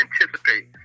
anticipate